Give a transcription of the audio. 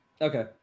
Okay